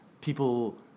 people